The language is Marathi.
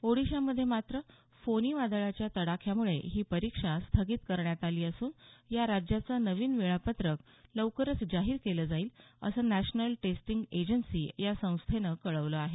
ओडिशामध्ये मात्र फोनी वादळाच्या तडाख्यामुळे ही परीक्षा स्थगित करण्यात आली असून या राज्याचं नवीन वेळापत्रक लवकरच जाहीर केलं जाईल असं नॅशनल टेस्टिंग एजन्सी या संस्थेनं कळवलं आहे